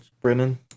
Brennan